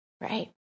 right